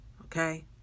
okay